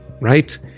right